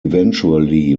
eventually